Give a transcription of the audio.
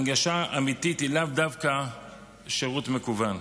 הנגשה אמיתית היא לאו דווקא שירות מקוון,